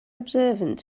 observant